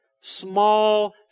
Small